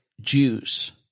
Jews